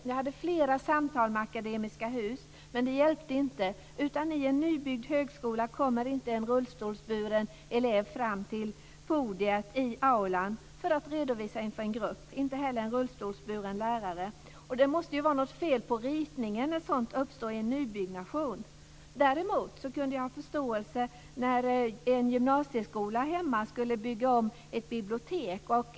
Jag hade flera samtal med Akademiska Hus, men det hjälpte inte. I denna nybyggda högskola kommer inte en rullstolsburen elev fram till podiet i aulan för att redovisa inför en grupp. Inte heller en rullstolsburen lärare kan ta sig fram. Det måste ju vara något fel på ritningen när sådant uppstår i en nybyggnation. Däremot kunde jag ha förståelse när ett bibliotek i en gymnasieskola hemma skulle byggas om.